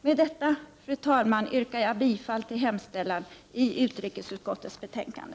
Med detta, fru talman, yrkar jag bifall till hemställan i utrikesutskottets betänkande.